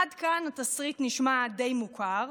עד כאן התסריט נשמע די מוכר,